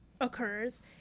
occurs